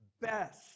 best